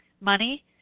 money